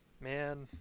man